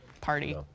party